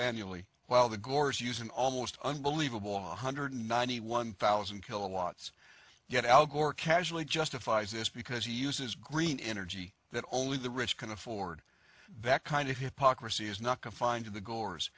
annually while the gores use an almost unbelievable one hundred ninety one thousand kilowatts yet al gore casually justifies this because you is green energy that only the rich can afford that kind of hypocrisy is not confined to the gore